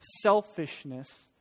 selfishness